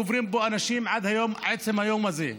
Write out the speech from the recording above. קוברים בו אנשים עד עצם היום הזה.